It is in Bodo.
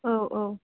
औ औ